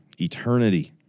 eternity